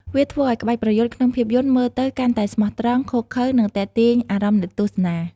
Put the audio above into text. វាធ្វើឲ្យក្បាច់ប្រយុទ្ធក្នុងភាពយន្តមើលទៅកាន់តែស្មោះត្រង់ ឃោរឃៅ និងទាក់ទាញអារម្មណ៍អ្នកទស្សនា។